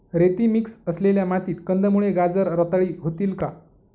रेती मिक्स असलेल्या मातीत कंदमुळे, गाजर रताळी होतील का?